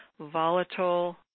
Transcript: volatile